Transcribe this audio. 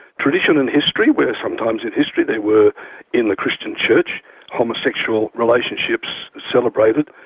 tradition and history, where sometimes in history there were in the christian church homosexual relationships celebrated.